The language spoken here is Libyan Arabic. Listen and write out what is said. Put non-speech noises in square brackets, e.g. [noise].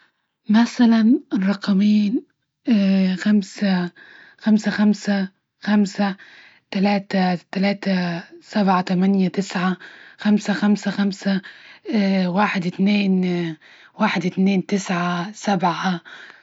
مثلا الرقمين [hesitation] خمسة، خمسة خمسة، خمسة، ثلاثة، ثلاثة،. سبعة، ثمانية، تسعة، خمسة خمسة خمسة، واحد، اثنين- واحد، اثنين، تسعة، سبعة.